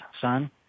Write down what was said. son